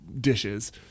dishes